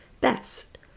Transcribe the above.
best